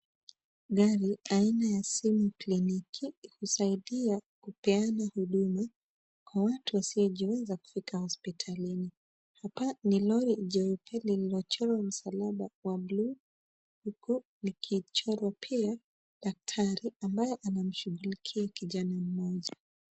Gari aina ya simu kliniki ikisaidia kupeana huduma kwa watu wasiojiweza kufika hospitalini. Hapa ni lori jeupe lililochororwa msalaba wa buluu huku likichorwa pia daktari ambaye anamshughulia kijana mmoja.